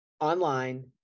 online